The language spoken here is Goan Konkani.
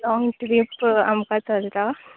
लोंग ट्रीप आमकां चलता